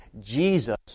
Jesus